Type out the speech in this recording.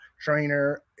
trainer